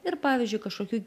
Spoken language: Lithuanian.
ir pavyzdžiui kažkokiu